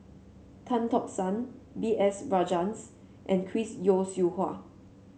Tan Tock San B S Rajhans and Chris Yeo Siew Hua